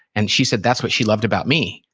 and she said that's what she loved about me.